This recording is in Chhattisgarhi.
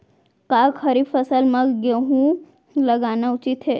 का खरीफ फसल म गेहूँ लगाना उचित है?